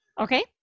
okay